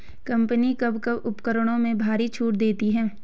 Company कब कब उपकरणों में भारी छूट देती हैं?